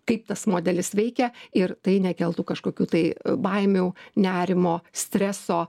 kaip tas modelis veikia ir tai nekeltų kažkokių tai baimių nerimo streso